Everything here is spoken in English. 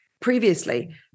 previously